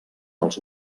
els